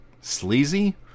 sleazy